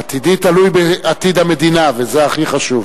עתידי תלוי בעתיד המדינה, וזה הכי חשוב.